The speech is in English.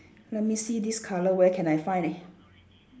let me see this colour where can I find it